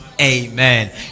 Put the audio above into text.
Amen